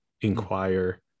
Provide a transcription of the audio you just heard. inquire